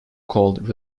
called